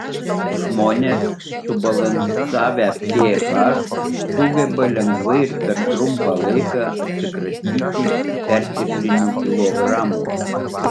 žmonės subalansavę ph sugeba lengvai ir per trumpą laiką atsikratyti perteklinių kilogramų